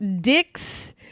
dicks